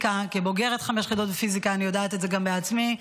כבוגרת חמש יחידות בפיזיקה אני יודעת את זה גם בעצמי.